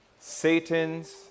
Satan's